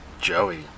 Joey